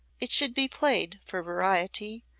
it should be played, for variety,